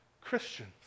Christians